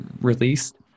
released